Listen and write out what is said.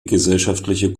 gesellschaftlich